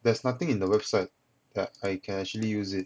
there's nothing in the website that I can actually use it